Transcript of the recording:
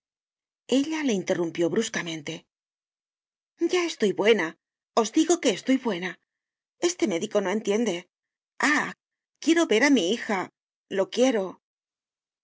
ella le interrumpió bruscamente ya estoy buena os digo que estoy buena este médico bo entiende f ah quiero ver á mi hija lo quiero